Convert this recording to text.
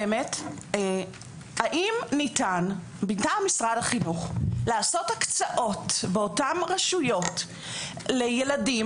האם ניתן מטעם משרד החינוך לעשות הקצאות באותן רשויות לילדים?